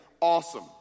Awesome